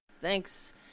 Thanks